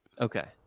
okay